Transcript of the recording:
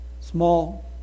small